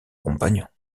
compagnons